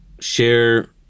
share